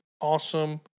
awesome